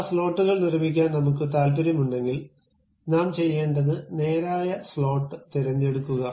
ആ സ്ലോട്ടുകൾ നിർമ്മിക്കാൻ നമുക്ക് താൽപ്പര്യമുണ്ടെങ്കിൽ നാം ചെയ്യേണ്ടത് നേരായ സ്ലോട്ട് തിരഞ്ഞെടുക്കുക